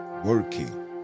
Working